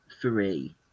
three